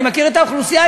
אני מכיר את האוכלוסייה,